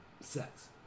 Sex